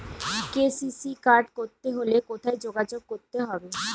KCC card করতে হলে কোথায় যোগাযোগ করতে হবে?